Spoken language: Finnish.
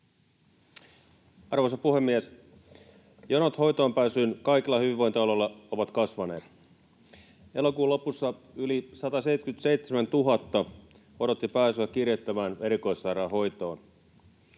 Arvoisa puhemies! Jonot hoitoonpääsyyn kaikilla hyvinvointialueilla ovat kasvaneet. Elokuun lopussa yli 177 000 odotti pääsyä kiireettömään erikoissairaanhoitoon.